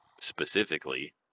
specifically